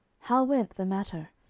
how went the matter?